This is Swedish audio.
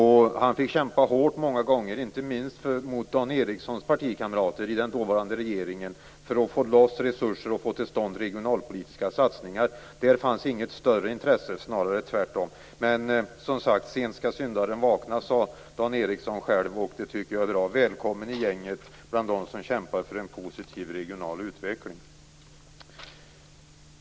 Han fick kämpa hårt många gånger, inte minst mot Dan Ericssons partikamrater i den dåvarande regeringen, för att få loss resurser och få till stånd regionalpolitiska satsningar. Där fanns inget större intresse - snarare tvärtom. Sent skall syndaren vakna, sade Dan Ericsson själv. Det tycker jag är bra. Välkommen i gänget bland dem som kämpar för en positiv regional utveckling.